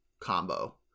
combo